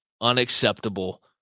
Unacceptable